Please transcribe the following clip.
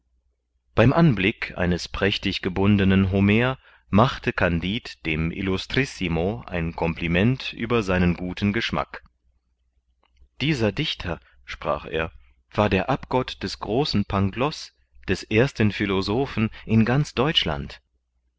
beim anblick eines prächtig gebundenen homer machte kandid dem illustrissimo ein compliment über seinen guten geschmack dieser dichter sprach er war der abgott des großen pangloß des ersten philosophen in ganz deutschland